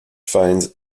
finds